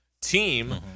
team